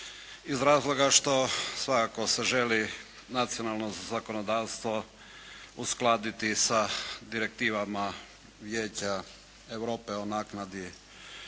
iz razloga što svakako se želi nacionalno zakonodavstvo uskladiti sa direktivama Vijeća Europe o naknadi